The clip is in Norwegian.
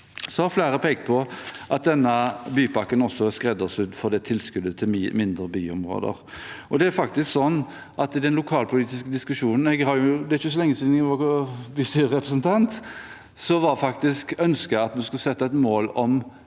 har pekt på at denne bypakken er skreddersydd for tilskuddet til mindre byområder. Det er faktisk sånn at i den lokalpolitiske diskusjonen – det er ikke så lenge siden jeg var bystyrerepresentant – var ønsket at vi skulle sette et mål